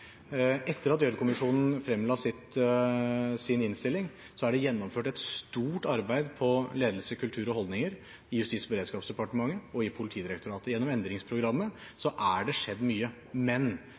Etter at Gjørv-kommisjonen fremla sin innstilling, er det gjennomført et stort arbeid på ledelse, kultur og holdninger i Justis- og beredskapsdepartementet og i Politidirektoratet. Gjennom endringsprogrammet har det skjedd mye,